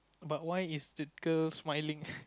but why is the girl smiling